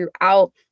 throughout